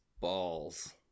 balls